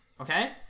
okay